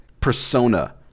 persona